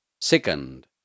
Second